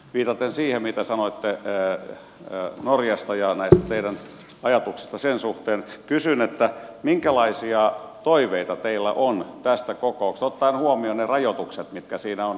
viitaten siihen mitä sanoitte norjasta ja näistä teidän ajatuksistanne sen suhteen kysyn minkälaisia toiveita teillä on tästä kokouksesta ottaen huomioon ne rajoitukset mitkä siinä on